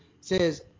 says